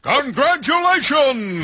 Congratulations